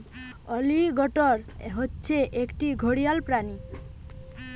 alligator হচ্ছে একটা ঘড়িয়াল প্রাণী